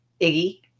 Iggy